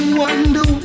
wonder